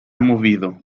movido